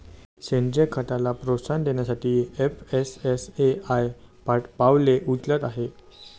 सेंद्रीय खताला प्रोत्साहन देण्यासाठी एफ.एस.एस.ए.आय पावले उचलत आहे